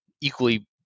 equally